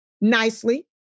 nicely